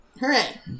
Hooray